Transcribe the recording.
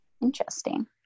interesting